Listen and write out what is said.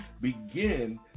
begin